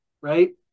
right